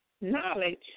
Knowledge